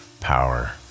power